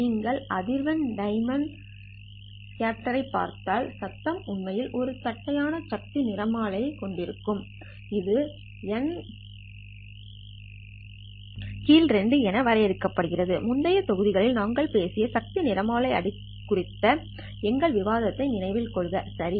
நீங்கள் அதிர்வெண் domain spectrum பார்த்தால் சத்தம் உண்மையில் ஒரு தட்டையான சக்தி நிறமாலை அடர்த்தி கொண்டுள்ளது இது N02 என வரையறுக்கப்படுகிறது முந்தைய தொகுதிகளில் நாங்கள் பேசிய சக்தி நிறமாலை அடர்த்தி குறித்த எங்கள் விவாதத்தை நினைவில் கொள்க சரி